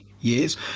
years